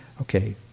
Okay